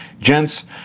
gents